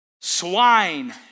Swine